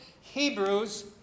Hebrews